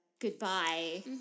goodbye